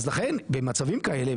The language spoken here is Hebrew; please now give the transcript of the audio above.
אז לכן במצבים כאלה,